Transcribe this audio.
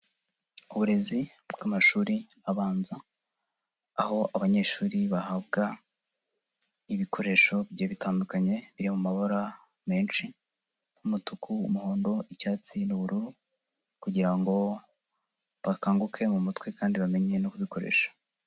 Uburezi bw'amashuri abanza, aho abanyeshuri bahabwa ibikoresho bigiye bitandukanye, biri mu mabara menshi n'umutuku, umuhondo, icyatsi n'uburoru kugira ngo bakanguke mu mutwe kandi bamenye no kubikoresha.